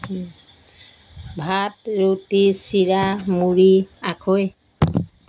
ভাত ৰুটি চিৰা মুড়ি আখৈ